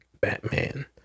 Batman